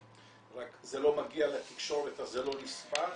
רק זה לא מגיע לתקשורת אז זה לא נספר,